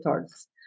thoughts